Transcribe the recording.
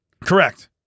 Correct